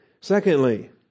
Secondly